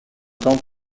temps